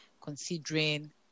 considering